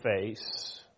face